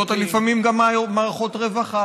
לפעמים הן יכולות להיות גם מערכות רווחה.